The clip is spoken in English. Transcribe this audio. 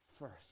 first